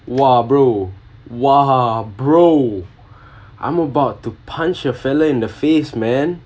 !wah! bro !wah! bro I'm about to punch a fellow in the face man